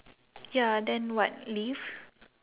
ya then what leave